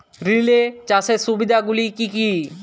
Relay চাষের সুবিধা গুলি কি কি?